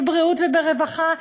בבריאות וברווחה,